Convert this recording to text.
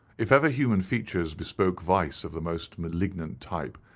if ever human features bespoke vice of the most malignant type,